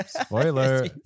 spoiler